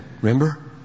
Remember